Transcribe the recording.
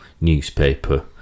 newspaper